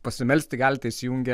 pasimelsti galite įsijungę